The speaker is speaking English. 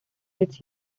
its